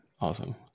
awesome